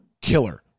killer